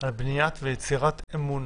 על בניית ויצירת אמון